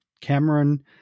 Cameron